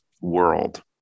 world